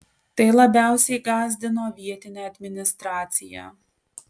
tai labiausiai gąsdino vietinę administraciją